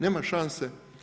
Nema šanse.